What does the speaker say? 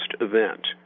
event